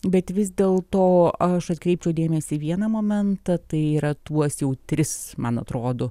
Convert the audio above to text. bet vis dėl to aš atkreipčiau dėmesį į vieną momentą tai yra tuos jau tris man atrodo